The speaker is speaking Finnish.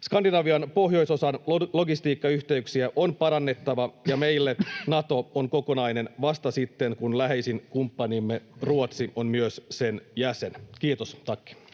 Skandinavian pohjoisosan logistiikkayhteyksiä on parannettava, ja meille Nato on kokonainen vasta sitten, kun läheisin kumppanimme Ruotsi on myös sen jäsen. — Kiitos, tack.